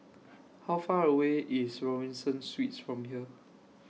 How Far away IS Robinson Suites from here